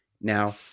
Now